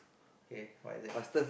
kay what is it